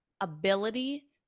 ability